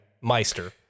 Meister